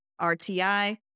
RTI